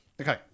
Okay